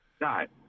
right